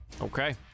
Okay